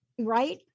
right